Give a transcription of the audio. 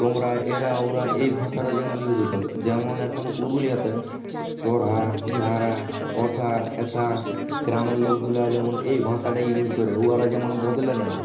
তোমরা এরা ওরা এই ভাষাটা যেমন ইউজ হতো যেমন এখন পুরুলিয়াতে তোরহা ইহারা অথা এথা গ্রামের লোকগুলো যেমন এই ভাষাটা ইউজ করে ওরা যেমন বদলে নেয়